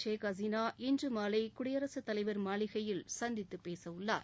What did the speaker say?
ஷேக் ஹசீனா இன்று குடியரசுத் தலைவர் மாளிகையில் சந்தித்து பேச உள்ளார்